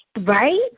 Right